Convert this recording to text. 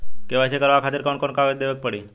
KYC करवावे खातिर कौन कौन कागजात देवे के पड़ी?